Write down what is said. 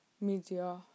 Media